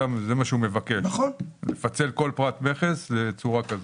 בעצם אתה מבקש לפצל כל פרט מכס לצורה כזאת.